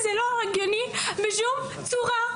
זה לא הגיוני בשום צורה.